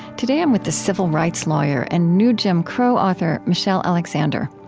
today i'm with the civil rights lawyer and new jim crow author michelle alexander.